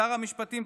שר המשפטים,